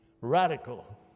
radical